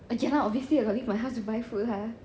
okay lah obviously I got leave my house to buy food lah